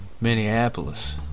Minneapolis